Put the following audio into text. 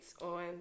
on